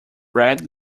bread